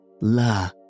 La